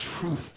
truth